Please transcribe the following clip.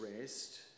rest